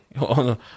on